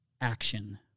action